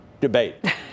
debate